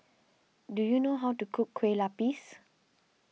do you know how to cook Kueh Lapis